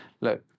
look